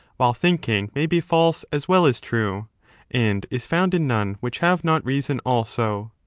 while thinking may be false as well as true and is found in none which have not reason also.